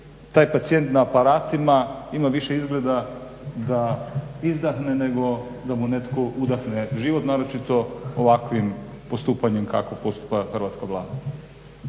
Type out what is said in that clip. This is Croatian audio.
taj pacijent na aparatima ima više izgleda da izdahne nego da mu netko udahne život, naročito ovakvim postupanjem kako postupa hrvatska Vlada.